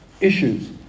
issues